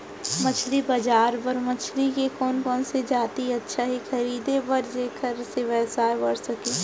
मछली बजार बर मछली के कोन कोन से जाति अच्छा हे खरीदे बर जेकर से व्यवसाय बढ़ सके?